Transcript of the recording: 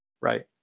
Right